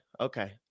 Okay